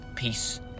peace